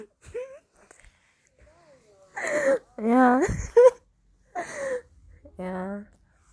ya